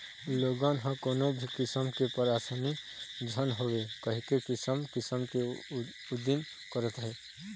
लोगन ह कोनो भी किसम के परसानी झन होवय कहिके किसम किसम के उदिम करत हे